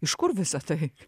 iš kur visa tai